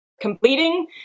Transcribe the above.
completing